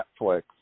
Netflix